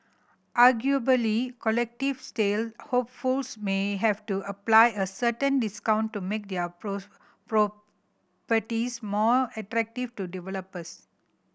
arguably collective sale hopefuls may have to apply a certain discount to make their properties more attractive to developers